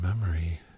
memory